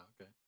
okay